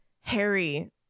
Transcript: Harry